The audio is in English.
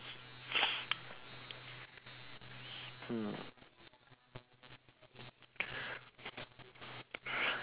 mm